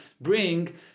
bring